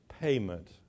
payment